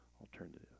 alternative